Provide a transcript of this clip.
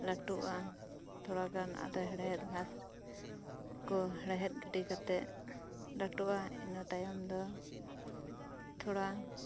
ᱞᱟᱹᱠᱴᱩᱜᱼᱟ ᱛᱷᱚᱲᱟ ᱜᱟᱱ ᱟᱫᱚ ᱦᱮᱸᱲᱦᱮᱫ ᱜᱷᱟᱥ ᱠᱚ ᱦᱮᱸᱲᱦᱮᱫ ᱜᱤᱰᱤ ᱠᱟᱛᱮᱛ ᱞᱟᱹᱴᱩᱜᱼᱟ ᱤᱱᱟᱹ ᱛᱟᱭᱚᱢ ᱫᱚ ᱛᱷᱚᱲᱟ